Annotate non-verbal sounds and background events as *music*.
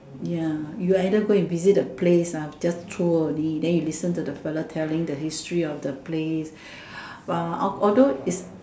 ya you either go and visit the place ah just tour only then you listen to the fella telling the history of the place *breath* while of although is